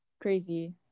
crazy